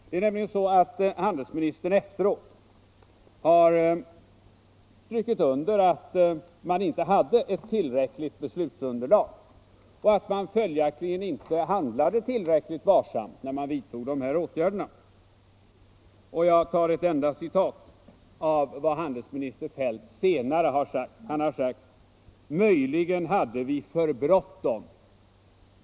Handelsministern har nämligen efteråt strukit under att man inte hade ett tillräckligt beslutsunderlag och att man följaktligen inte handlade tillräckligt varsamt när man vidtog de här åtgärderna. Jag tar ett enda citat av vad handelsminister Feldt senare har sagt: ”Möjligen hade vi för bråttom.